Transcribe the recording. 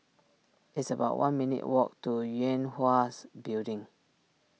it's about one minutes' walk to Yue Hwa's Building